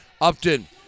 Upton